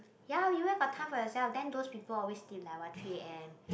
ya you where got your time for yourself then those people always did like what three A_M